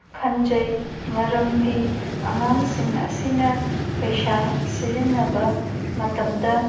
ꯈꯟꯖꯩ ꯃꯔꯝꯗꯤ ꯑꯉꯥꯡꯁꯤꯡ ꯑꯁꯤꯅ ꯄꯩꯁꯥ ꯁꯤꯖꯤꯟꯅꯕ ꯃꯇꯝꯗ